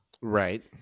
Right